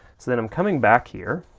so then i'm coming back here,